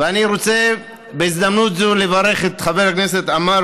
אני רוצה בהזדמנות זו לברך את חבר הכנסת עמאר